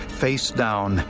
face-down